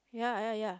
ya ya ya